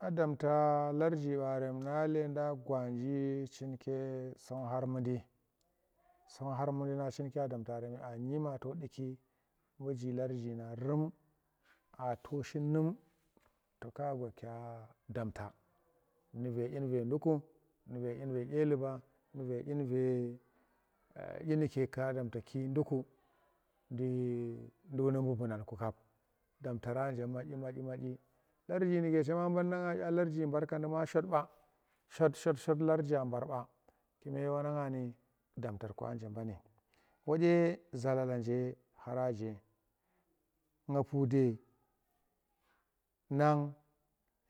A damta larji baarem na leedan gwanji chinke song khar mundi sona khar mundi nang chinkya dam tarem aanyi ma to dukki me vi larji nang a to shi num to ka gokya damtar nuve dyin ve ndukku dyin ve kye luba nuke dyinuke nuke ka damtaki ndukku nu nduk nubu bunang ku kap damra nje madyi madyi larji nu ke chem bana nga kya larji barkandi baba shwat shwat jarjay barba kime wandye anyi ndarkandi ajambanyi wandye zalala nje kharakje nga pude nang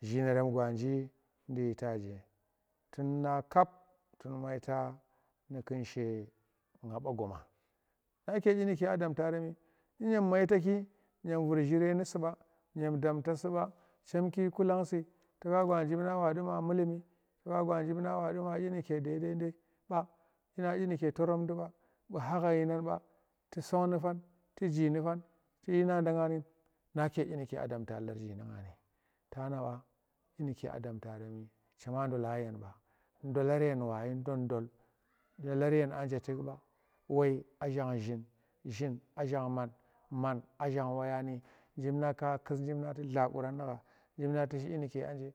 zhinerem gwanji yin ta de pude tun na kap tun maita nu kunshe nga ba goma? nake dyinuke a damta remi dyindyem maitaki dyem vur chire nusu ba dyem damta suba chem ki kulang si tuna gwa jif na wandu ma mullumi tuna gwa jif na wa duma dyi nuke daidai di dyina dyinuke toropdi ba to song nu fan tu ji fan shi dyi na da nga ni nake dyi nukea damta larji nang dyinuke a damta remi chema ndola, ndolar yen washi dol- dol ndolar yen anje tuk ba woi a shang zhin zhin a shang man, man a shang woiya ni tu kus jif na tula quran nu gha tuna tik inuke anje.